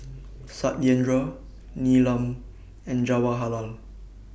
Satyendra Neelam and Jawaharlal